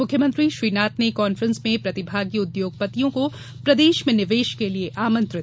मुख्यमंत्री श्री नाथ ने कान्फ्रेंस में प्रतिभागी उद्योगपतियों को मध्यप्रदेश में निवेश के लिए आमंत्रित किया